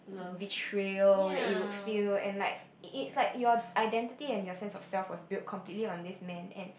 betrayal that you would feel and like it it's like you're identity and your sense of self was completely built on this man and